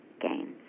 gains